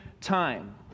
time